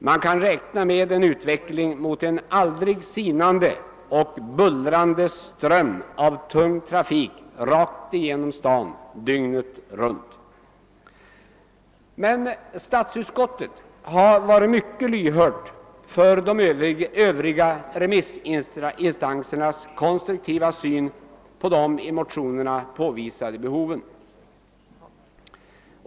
Man kan räkna med en utveckling mot en aldrig sinande och bullrande ström av tung trafik rakt igenom staden dygnet runt. Statsutskottet har varit mycket lyhört för de övriga remissinstansernas konstruktiva syn på de i motionerna påvisade behoven.